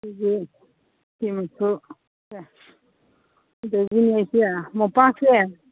ꯁꯤꯒꯤ ꯁꯤꯃꯁꯨ ꯁꯦ ꯑꯗꯒꯤꯅꯦ ꯏꯆꯦ ꯃꯣꯝꯄꯥꯛꯁꯦ